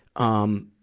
um,